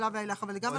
אבל גם על חידוש.